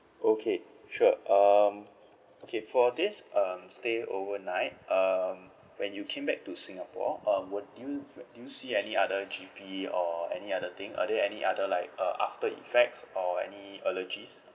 okay sure um okay for this um stay overnight um when you came back to singapore um were did you did you see any other G_P or any other thing are there any other like uh after effects or any allergies